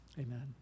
amen